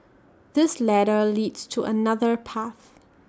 this ladder leads to another path